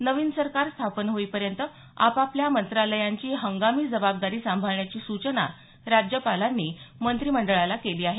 नवीन सरकार स्थापन होईपर्यंत आपापल्या मंत्रालयांची हंगामी जबाबदारी सांभाळण्याची सूचना राज्यपालांनी मंत्रिमंडळाला केली आहे